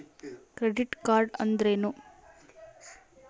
Credit card ಅಂದ್ರೇನು?